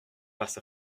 face